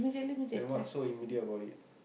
then what's so immediate about it